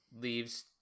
leaves